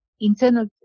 internal